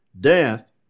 Death